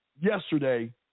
Yesterday